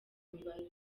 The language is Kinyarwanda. mibare